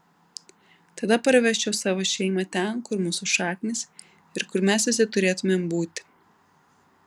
tada parvežčiau savo šeimą ten kur mūsų šaknys ir kur mes visi turėtumėm būti